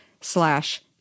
slash